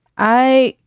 i.